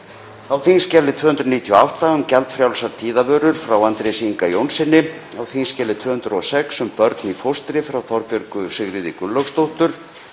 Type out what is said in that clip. á þskj. 298, um gjaldfrjálsar tíðavörur, frá Andrési Inga Jónssyni, á þskj. 206, um börn í fóstri, frá Þorbjörgu Sigríði Gunnlaugsdóttur,